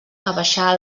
abaixar